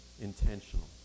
intentional